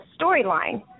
storyline